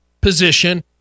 position